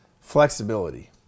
flexibility